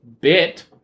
bit